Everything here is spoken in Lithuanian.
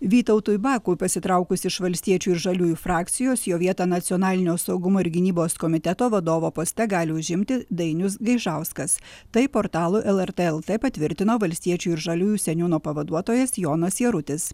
vytautui bakui pasitraukus iš valstiečių ir žaliųjų frakcijos jo vietą nacionalinio saugumo ir gynybos komiteto vadovo poste gali užimti dainius gaižauskas tai portalui lrt lt patvirtino valstiečių ir žaliųjų seniūno pavaduotojas jonas jarutis